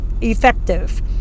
effective